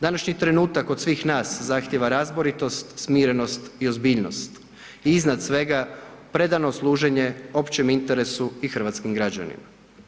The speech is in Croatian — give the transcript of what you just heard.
Današnji trenutak od svih nas zahtijeva razboritost, smirenost i ozbiljnost i iznad svega, predano služene općem interesu i hrvatskim građanima.